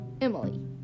Emily